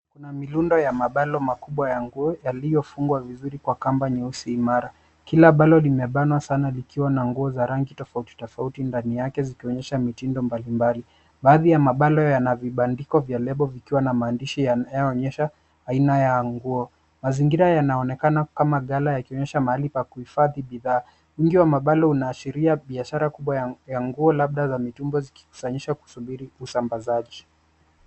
Miundo ya mabalo makubwa ya nguo yaliyofungwa vizuri kamba nyeusi imara. Kila ambalo limebanwa sana likiwa na nguo tofauti tofauti ndani yake zikionyesha mitindo mbali mbali, baadhi ya mabalo yana viandiko ya lebo zikiwa na maandishi yanayoonyesha aina ya nguo. Mazingira yanaonyesha kama magala ikionyesha mahali pa kuhifadhi bidhaa. Wingi ya mabalo inaashiria ishara kuwa ya nguo labda ya mitumba zikikusanyishwa kusubiri usambazaji.